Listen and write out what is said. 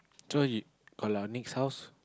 so you call our next house